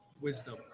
wisdom